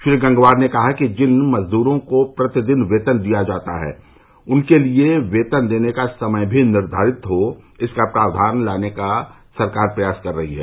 श्री गंगवार ने कहा कि जिन मजदूरो को प्रतिदिन वेतन दिया जाता है उनके लिए वेतन देने का समय भी निर्धारित हो इसका प्रावधान भी सरकार लाने वाली है